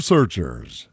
Searchers